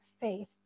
faith